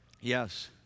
Yes